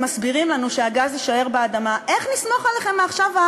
אל המניח הרשמי החשוב,